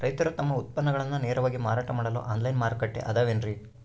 ರೈತರು ತಮ್ಮ ಉತ್ಪನ್ನಗಳನ್ನ ನೇರವಾಗಿ ಮಾರಾಟ ಮಾಡಲು ಆನ್ಲೈನ್ ಮಾರುಕಟ್ಟೆ ಅದವೇನ್ರಿ?